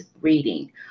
reading